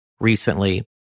recently